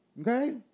Okay